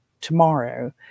tomorrow